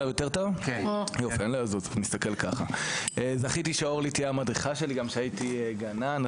זכיתי שאורלי היה המדריכה שלי כשהייתי גנן.